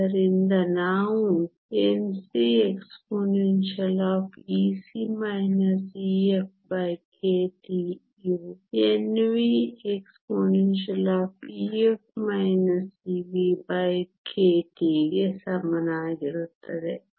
ಆದ್ದರಿಂದ ನಾವು Nc expEc EfkT ಯು Nv expEf EvkT ಗೆ ಸಮನಾಗಿರುತ್ತದೆ